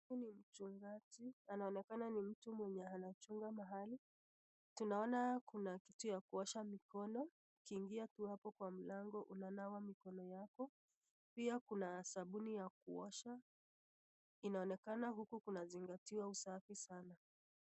Huyu ni mchungaji, anaonekana ni mtu mwenye anchunga mahali, tunaona kuna kitu ya kuosha mikono ukiingia tu hapo kwa mlango unanawa mikono yako, pia kuna sabuni ya kuosha. Inaonekana huku kunazingatiwa usafi sana.